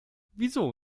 wieso